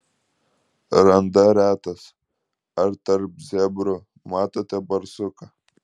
randa retas ar tarp zebrų matote barsuką